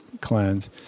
cleanse